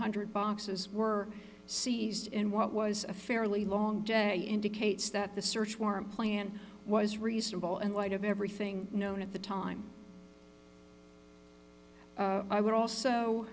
hundred boxes were seized in what was a fairly long indicates that the search warrant plan was reasonable and light of everything known at the time i would also